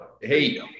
Hey